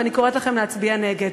ואני קוראת לכם להצביע נגד.